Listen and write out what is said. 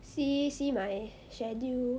see see my schedule